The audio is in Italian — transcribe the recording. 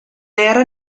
era